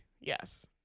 Yes